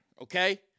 Okay